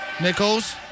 Nichols